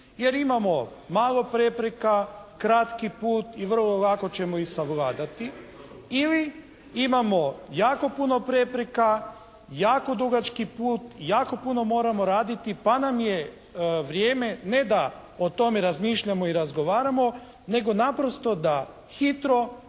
jer imamo malo prepreka, kratki put i vrlo lako ćemo ih savladati. Ili imamo jako puno prepreka, jako dugački put, jako puno moramo raditi pa nam je vrijeme ne da o tome razmišljamo i razgovaramo nego naprosto da hitro